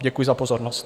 Děkuji za pozornost.